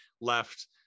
left